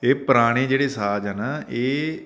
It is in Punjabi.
ਇਹ ਪੁਰਾਣੀ ਜਿਹੜੀ ਸਾਜ਼ ਆ ਨਾ ਇਹ